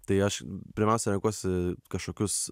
tai aš pirmiausia renkuosi kažkokius